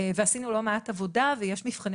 עשינו לא מעט עבודה ויש כבר מבחני